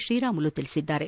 ಶ್ರೀರಾಮುಲು ಹೇಳಿದ್ದಾರೆ